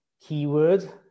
keyword